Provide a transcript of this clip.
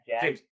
James